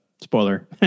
Spoiler